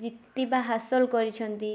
ଜିତିବା ହାସଲ କରିଛନ୍ତି